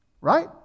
Right